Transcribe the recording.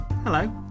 Hello